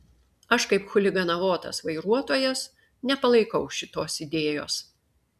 aš kaip chuliganavotas vairuotojas nepalaikau šitos idėjos